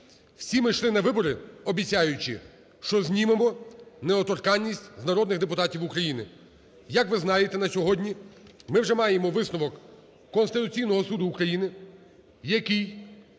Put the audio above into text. Всі ми йшли на вибори, обіцяючи, що знімемо недоторканність з народних депутатів України. Як ви знаєте, на сьогодні ми вже маємо висновок Конституційного Суду України, який